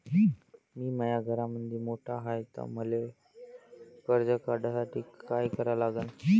मी माया घरामंदी मोठा हाय त मले कर्ज काढासाठी काय करा लागन?